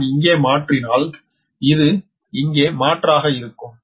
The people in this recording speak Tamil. நான் இங்கே மாற்றினால் இது இங்கே மாற்றாக இருக்கும்